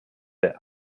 that